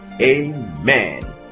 Amen